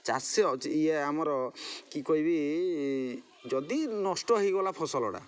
ଚାଷ ହେଉଛି ଇଏ ଆମର କି କହିବି ଯଦି ନଷ୍ଟ ହୋଇଗଲା ଫସଲଟା